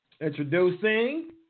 introducing